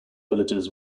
villages